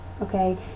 Okay